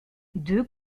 deux